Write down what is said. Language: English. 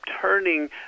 turning